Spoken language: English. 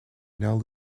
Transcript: now